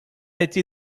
été